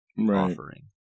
offering